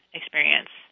experience